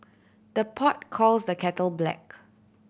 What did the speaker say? the pot calls the kettle black